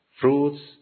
fruits